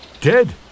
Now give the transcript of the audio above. Dead